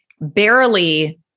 barely